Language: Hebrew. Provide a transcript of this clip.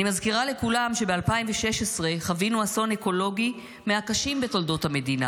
אני מזכירה לכולם שב-2016 חווינו אסון אקולוגי מהקשים בתולדות המדינה